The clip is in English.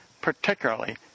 particularly